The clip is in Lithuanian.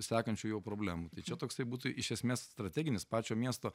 sakančių jau problemų tai čia toksai būtų iš esmės strateginis pačio miesto